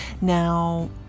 now